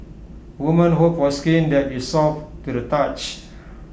women hope for skin that is soft to the touch